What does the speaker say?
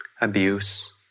abuse